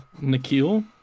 Nikhil